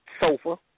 sofa